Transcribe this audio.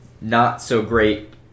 not-so-great